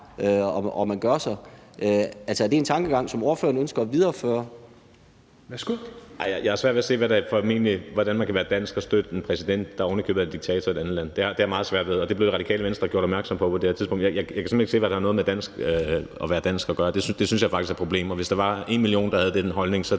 næstformand (Rasmus Helveg Petersen): Værsgo. Kl. 16:06 Lars Aslan Rasmussen (S): Jeg har svært ved at se, hvordan man kan være dansk og støtte en præsident, der ovenikøbet er en diktator i et andet land. Det har jeg meget svært ved, og det blev Radikale Venstre gjort opmærksom på på det her tidspunkt. Jeg kan simpelt hen ikke se, at det har noget med at være dansk at gøre. Det synes jeg faktisk er et problem. Hvis der var en million, der havde den holdning,